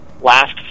last